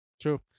true